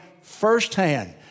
firsthand